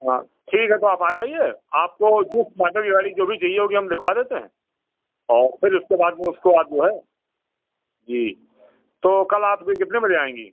हाँ ठीक है तो आप आ जाइए आपको जिस माडल की गाड़ी जो भी चाहिए होगी हम दिखवा देते हैं और फिर उसके बाद में उसको आप जो है जी तो कल आप सुबह कितने बजे आएँगी